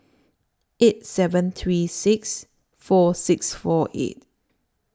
eight seven three six four six four eight